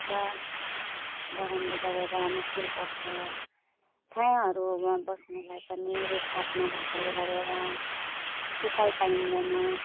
र गरमले गरेर मुस्किल पर्छ छायाहरूमा बस्नुलाई पनि रुखपात नभएकोले गरेर शीतल पाइँदैन